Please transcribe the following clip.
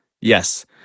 Yes